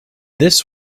this